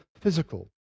physical